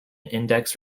index